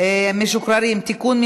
משוחררים (תיקון,